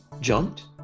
jumped